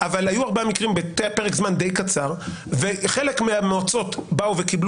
היו ארבעה מקרים בפרק זמן די קצר וחלק מהמועצות באו וקיבלו